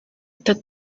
itatu